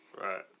Right